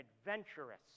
adventurous